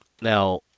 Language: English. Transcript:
now